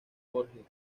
jorge